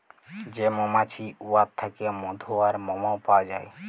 যে মমাছি উয়ার থ্যাইকে মধু আর মমও পাউয়া যায়